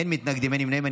אין מתנגדים, אין נמנעים.